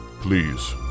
please